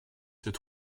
sept